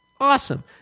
Awesome